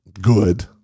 good